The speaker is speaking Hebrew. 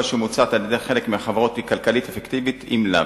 שמוצעת על-ידי חלק מהחברות היא אפקטיבית כלכלית אם לאו.